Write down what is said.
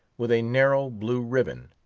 with a narrow blue ribbon,